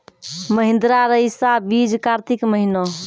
महिंद्रा रईसा बीज कार्तिक महीना?